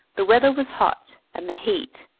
the weather was hot, and the heat,